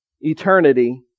eternity